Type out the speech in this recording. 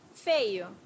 Feio